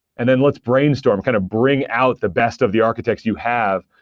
and then let's brainstorm. kind of bring out the best of the architects you have.